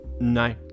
No